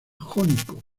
jónico